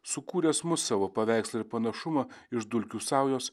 sukūręs mus savo paveikslą ir panašumą iš dulkių saujos